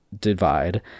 divide